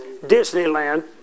Disneyland